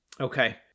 Okay